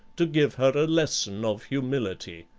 to give her a lesson of humility.